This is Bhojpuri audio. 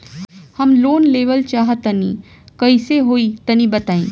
हम लोन लेवल चाहऽ तनि कइसे होई तनि बताई?